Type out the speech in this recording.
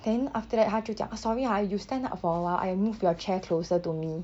then after that 他就讲 sorry ha you stand up for awhile I move your chair closer to me